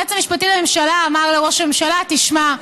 היועץ המשפטי לממשלה אמר לראש הממשלה: תשמע,